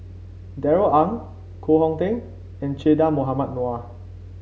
Darrell Ang Koh Hong Teng and Che Dah Mohamed Noor